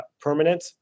permanent